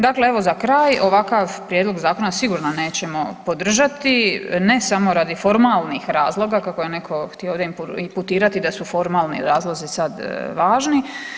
Dakle evo za kraj ovakav Prijedlog zakona sigurno nećemo podržati ne samo radi formalnih razloga kako je netko htio ovdje imputirati da su formalni razlozi sada važni.